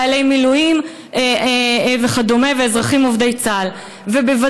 בין שהם חיילי מילואים ואזרחים עובדי צה"ל וכדומה,